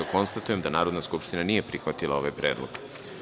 Konstatujem da Narodna skupština nije prihvatila ovaj Predlog.